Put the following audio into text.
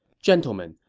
gentlemen,